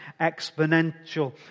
exponential